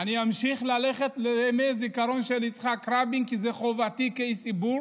אני אמשיך ללכת לימי זיכרון של יצחק רבין כי זו חובתי כאיש ציבור